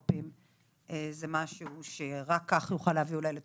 הרבה פעמים הן מקוות שלא יגיעו אליהן